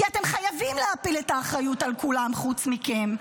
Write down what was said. כי אתם חייבים להפיל את האחריות על כולם חוץ מכם.